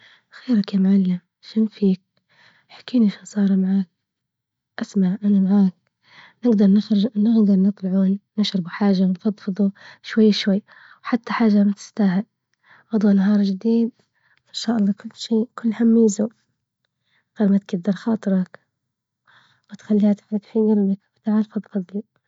خيرك يا معلم شو نسيت؟ إحكي لي شو صار معاك؟ إسمع أنا معاك نقدر نخرج -نقدر نطلع، نشربو حاجة، نفضفضو شوي شوي ، وحتى حاجة ما تستاهل، غدوة نهار جديد إن شاء الله كل شئ كل هم هم يزول، جدر خاطرك تخليها.